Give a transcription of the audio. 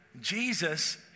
Jesus